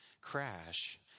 crash